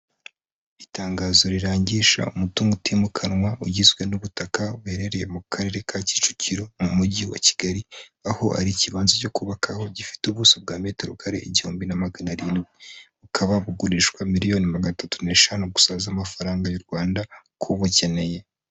Itangazo rirangisha umutungo utimukanwa ugizwe n'ubutaka, buherereye mu karere ka Kicukiro mu mujyi wa Kigali, aho ari ikibanza cyo kubakaho gifite ubuso bwa metero kare igihumbi na magana arindwi, bukaba bugurishwa miliyoni ma gatatu n'eshanu gusa z'amafaranga y'u Rwanda k'ubukeneye.